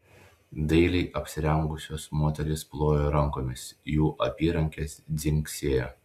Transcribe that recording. dailiai apsirengusios moterys plojo rankomis jų apyrankės dzingsėjo